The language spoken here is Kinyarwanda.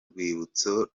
rwibutso